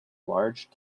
large